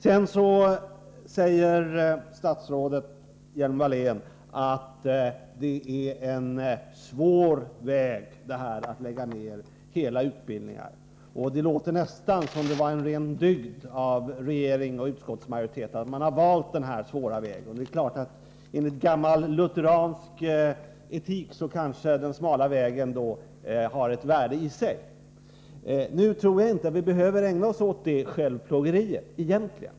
Sedan säger statsrådet Hjelm-Wallén att det är en svår väg att lägga ned hela utbildningar — och det låter nästan som om det vore en ren dygd av regering och utskottsmajoritet att ha valt den här svåra vägen. Enligt gammal luthersk etik kanske den smala vägen har ett värde i sig. Men nu tror jag egentligen inte att vi behöver ägna oss åt sådant självplågeri.